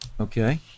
Okay